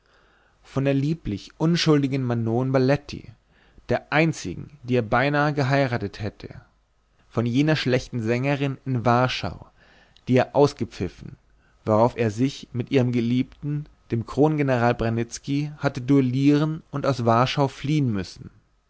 von der lieblich unschuldigen manon balletti der einzigen die er beinahe geheiratet hätte von jener schlechten sängerin in warschau die er ausgepfiffen worauf er sich mit ihrem geliebten dem krongeneral branitzky hatte duellieren und aus warschau fliehen müssen